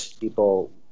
people